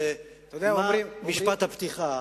מה משפט הפתיחה.